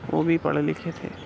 وہ بھی پڑھے لکھے تھے